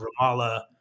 Ramallah